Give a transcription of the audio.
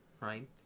right